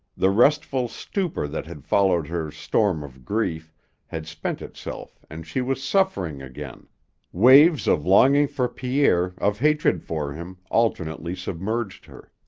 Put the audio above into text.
the restful stupor that had followed her storm of grief had spent itself and she was suffering again waves of longing for pierre, of hatred for him, alternately submerged her.